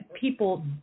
people